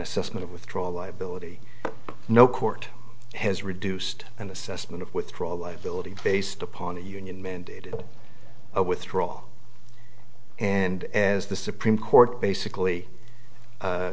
assessment of withdrawal liability no court has reduced an assessment of withdrawal liability based upon a union mandated withdraw and as the supreme court basically